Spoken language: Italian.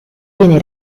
viene